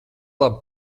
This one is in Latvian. labi